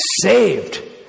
saved